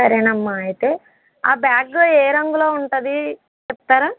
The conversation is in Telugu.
సరేనమ్మా అయితే ఆ బ్యాగ్ ఏ రంగులో ఉంటుంది చెప్తారా